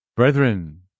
Brethren